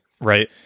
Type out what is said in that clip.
right